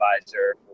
advisor